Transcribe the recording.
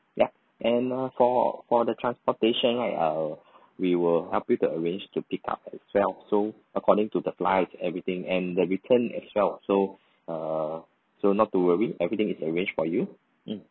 yup and uh for for the transportation right uh we will help you to arrange to pick up as well so according to the flight everything and the return as well so err so not to worry everything is arranged for you mm